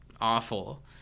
awful